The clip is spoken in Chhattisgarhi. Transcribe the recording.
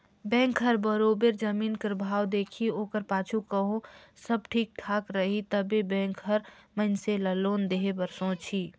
बेंक हर बरोबेर जमीन कर भाव देखही ओकर पाछू कहों सब ठीक ठाक रही तबे बेंक हर मइनसे ल लोन देहे बर सोंचही